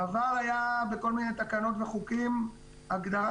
בעבר הייתה בכל מיני תקנות וחוקים הגדרה